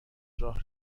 راه